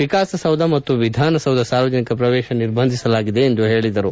ವಿಕಾಸಸೌಧ ಮತ್ತು ವಿಧಾನಸೌಧಕ್ಕೆ ಸಾರ್ವಜನಿಕರ ಪ್ರವೇಶ ನಿರ್ಬಂಧಿಸಲಾಗಿದೆ ಎಂದು ಹೇಳಿದರು